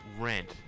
rent